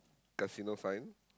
casino sign